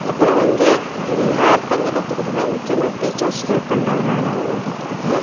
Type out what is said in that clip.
அப்புறம் வந்து இது யார்ட்ட இருந்து கற்றுக்கிட்டேனா முக்கியமாக டீச்சர்ஸ் ஹெல்ப் பண்ணதுனால் தான் நான் கற்றுக்கிட்டேன்